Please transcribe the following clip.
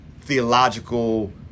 theological